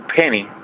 Penny